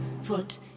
foot